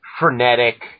Frenetic